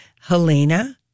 Helena